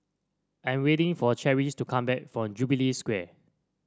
I'm waiting for Cherish to come back from Jubilee Square